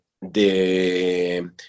...de